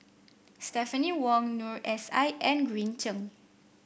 Stephanie Wong Noor S I and Green Zeng